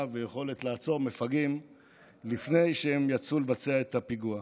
ויכולת לעצור מפגעים לפני שהם יצאו לבצע את הפיגוע,